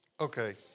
Okay